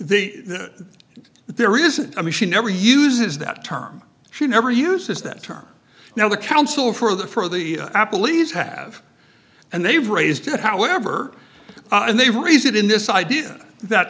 the there isn't i mean she never uses that term she never uses that term now the counsel for the for the apple lees have and they've raised it however and they raise it in this idea that